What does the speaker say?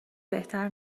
بهتر